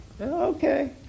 okay